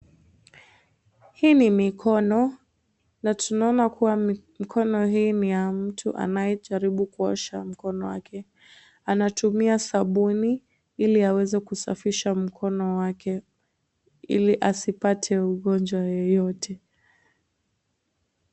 Hii ni mikono na tunaona kuwa, mikono hii ni ya mtu anayejaribu kuosha mkono wake. Anatumia sabuni, ili aweze kusafisha mkono wake, ili asipate ugonjwa yeyote.